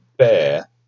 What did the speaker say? Bear